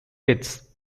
hits